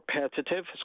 repetitive